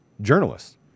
journalists